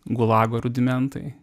gulago rudimentai